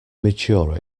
mature